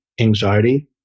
anxiety